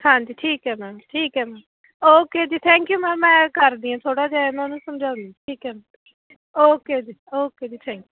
ਹਾਂਜੀ ਠੀਕ ਹੈ ਮੈਮ ਠੀਕ ਹੈ ਮੈਮ ਓਕੇ ਜੀ ਥੈਂਕ ਯੂ ਮੈਮ ਮੈਂ ਕਰਦੀ ਹਾਂ ਥੋੜ੍ਹਾ ਜਿਹਾ ਇਹਨਾਂ ਨੂੰ ਸਮਝਾਉਂਦੀ ਠੀਕ ਹੈ ਓਕੇ ਜੀ ਓਕੇ ਜੀ ਥੈਂਕ ਯੂ